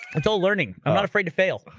it's all learning. i'm not afraid to fail